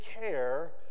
care